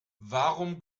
warum